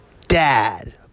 Dad